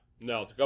No